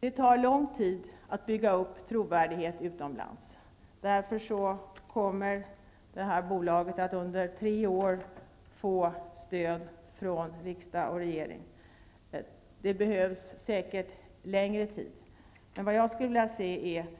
Det tar lång tid att bygga upp trovärdighet utomlands. Det här bolaget kommer därför under tre år att få stöd från riksdag och regering. Stöd behövs säkert under längre tid. Vad jag skulle vilja se hos svenskarna